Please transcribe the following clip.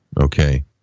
Okay